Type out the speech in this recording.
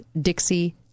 Dixie